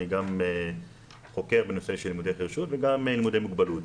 אני גם חוקר בנושא של לימודי חירשות וגם לימודי מוגבלות.